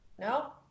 No